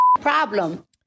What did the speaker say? problem